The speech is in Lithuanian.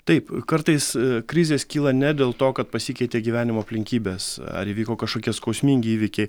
taip kartais krizės kyla ne dėl to kad pasikeitė gyvenimo aplinkybės ar įvyko kažkokie skausmingi įvykiai